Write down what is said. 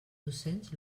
docents